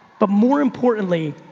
but more importantly,